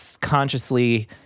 consciously